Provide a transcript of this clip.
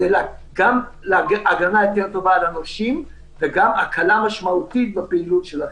זה גם הגנה טובה יותר על הנושים וגם הקלה משמעותית בפעילות של החברה.